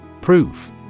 Proof